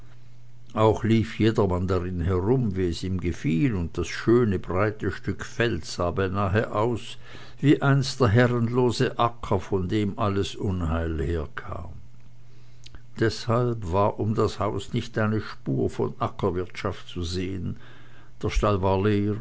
auch lief jedermann darin herum wie es ihm gefiel und das schöne breite stück feld sah beinahe so aus wie einst der herrenlose acker von dem alles unheil herkam deshalb war um das haus nicht eine spur von ackerwirtschaft zu sehen der stall war leer